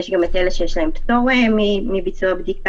יש גם את אלה שיש להם פטור מביצוע בדיקה,